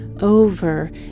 over